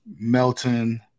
Melton